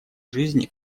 жизни